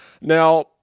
Now